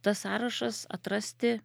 tas sąrašas atrasti